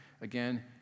Again